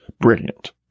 brilliant